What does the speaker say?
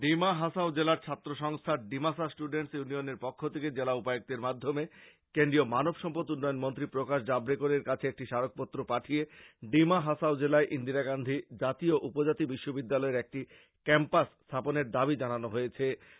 ডিমা হাসাও জেলার ছাত্র সংস্থা ডিমাসা স্ট্ডেন্ট ইউনিয়নের পক্ষ থেকে জেলা উপায়ুক্তের মাধ্যমে কেন্দ্রীয় মানব সম্পদ উন্নয়ন মন্ত্রী প্রকাশ জাভড়েকরকে একটি স্মারক পত্র দিয়ে ডিমা হাসাও জেলায় ইন্দিরা গান্ধী জাতীয় উপজাতি বিশ্ববিদ্যালয়ের একটি ক্যাম্পাস স্থাপনের দাবী জানিয়েছে